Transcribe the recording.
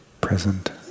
present